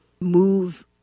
move